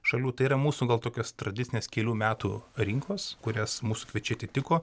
šalių tai yra mūsų gal tokios tradicinės kelių metų rinkos kurias mus kviečiai atitiko